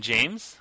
James